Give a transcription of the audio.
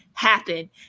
Happen